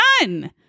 none